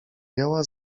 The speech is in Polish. jęła